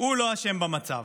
הוא לא אשם במצב.